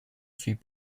suit